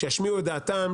שישמיעו את דעתם,